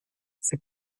c’est